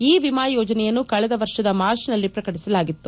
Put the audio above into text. ಈ ವಿಮಾ ಯೋಜನೆಯನ್ನು ಕಳೆದ ವರ್ಷದ ಮಾರ್ಚ್ನಲ್ಲಿ ಪ್ರಕಟಿಸಲಾಗಿತ್ತು